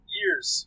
years